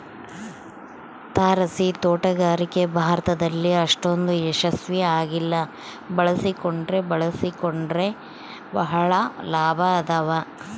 ತಾರಸಿತೋಟಗಾರಿಕೆ ಭಾರತದಲ್ಲಿ ಅಷ್ಟೊಂದು ಯಶಸ್ವಿ ಆಗಿಲ್ಲ ಬಳಸಿಕೊಂಡ್ರೆ ಬಳಸಿಕೊಂಡರೆ ಬಹಳ ಲಾಭ ಅದಾವ